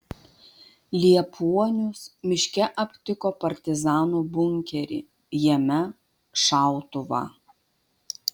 liepuonius miške aptiko partizanų bunkerį jame šautuvą